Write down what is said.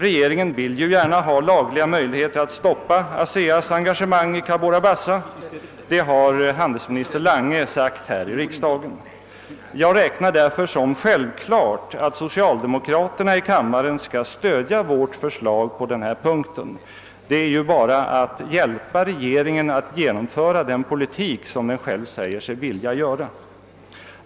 Regeringen vill gärna ha lagliga möjligheter att stoppa ASEA:s engagemang i Cabora Bassa — det har handelsminister Lange sagt i riksdagen. Jag räknar därför som självklart att socialdemokraterna i kammaren skall stödja vårt förslag på den här punkten; det är ju bara att hjälpa regeringen att genom föra en politik som den själv säkert vill föra.